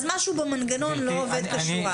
אז משהו במנגנון לא עובד כשורה.